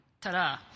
Ta-da